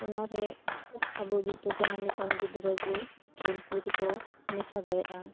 ᱚᱱᱟᱨᱮ ᱟᱵᱚ ᱡᱷᱚᱛᱚ ᱡᱟᱦᱟᱸ ᱞᱮᱠᱟᱱ ᱜᱤᱫᱽᱨᱟᱹ ᱜᱮ ᱠᱷᱮᱞ ᱠᱩᱫᱽ ᱠᱚ ᱢᱮᱥᱟ ᱫᱟᱲᱮᱭᱟᱜᱼᱟ